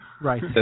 Right